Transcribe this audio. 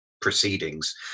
proceedings